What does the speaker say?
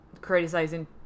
Criticizing